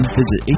visit